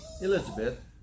Elizabeth